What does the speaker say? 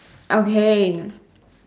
okay